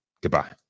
Goodbye